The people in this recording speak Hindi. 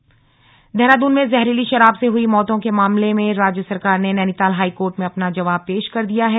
शराब कांड देहरादून में जहरीली शराब से हुई मौतो के मामले में राज्य सरकार ने नैनीताल हाई कोर्ट में अपना जवाब पेश कर दिया है